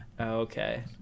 Okay